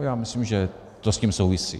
Já myslím, že to s tím souvisí.